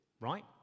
right